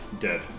Dead